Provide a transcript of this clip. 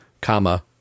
comma